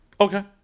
okay